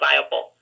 viable